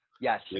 Yes